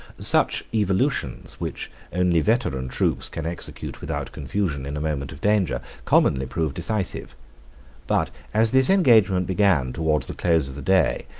such evolutions which only veteran troops can execute without confusion in a moment of danger, commonly prove decisive but as this engagement began towards the close of the day,